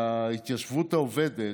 ההתיישבות העובדת,